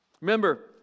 Remember